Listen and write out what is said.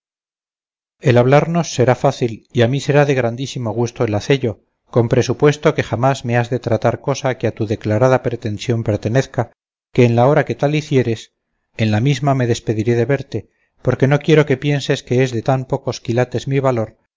el hablarnos será fácil y a mí será de grandísimo gusto el hacello con presupuesto que jamás me has de tratar cosa que a tu declarada pretensión pertenezca que en la hora que tal hicieres en la misma me despediré de verte porque no quiero que pienses que es de tan pocos quilates mi valor